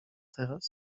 teraz